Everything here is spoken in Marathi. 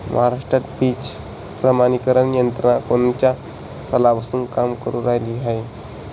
महाराष्ट्रात बीज प्रमानीकरण यंत्रना कोनच्या सालापासून काम करुन रायली हाये?